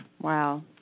Wow